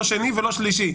לא שני ולא שלישי,